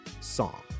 song